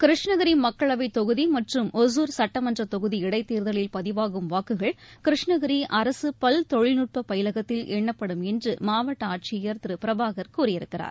கிருஷ்ணகிரி மக்களவைத் தொகுதி மற்றும் ஒசூர் சுட்டமன்ற தொகுதி இடைத்தேர்தலில் பதிவாகும் வாக்குகள் கிருஷ்ணகிரி அரசு பல் தொழில்நுட்ப பயிலகத்தில் எண்ணப்படும் என்று மாவட்ட ஆட்சியர் திரு பிரபாகர் கூறியிருக்கிறார்